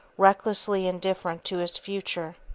recklessly indifferent to his future.